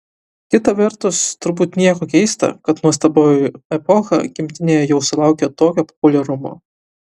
kita vertus turbūt nieko keista kad nuostabioji epocha gimtinėje jau sulaukė tokio populiarumo